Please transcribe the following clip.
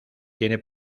tiene